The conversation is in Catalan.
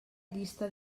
llista